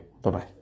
Bye-bye